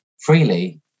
freely